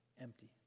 empty